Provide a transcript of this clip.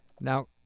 Now